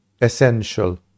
essential